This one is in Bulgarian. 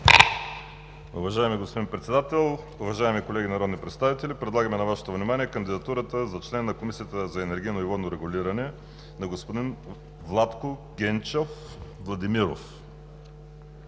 Уважаеми господин Председател, уважаеми колеги народни представители! Предлагаме на Вашето внимание кандидатурата за член на Комисията за енергийно и водно регулиране на господин Владко Генчов Владимиров.